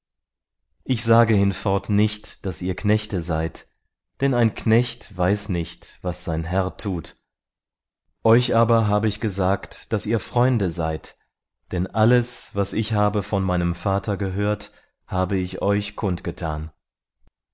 ich sage hinfort nicht daß ihr knechte seid denn ein knecht weiß nicht was sein herr tut euch aber habe ich gesagt daß ihr freunde seid denn alles was ich habe von meinem vater gehört habe ich euch